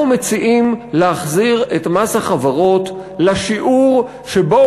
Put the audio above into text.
אנחנו מציעים להחזיר את מס החברות לשיעור שבו